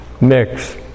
mix